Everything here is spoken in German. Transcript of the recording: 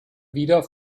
wieder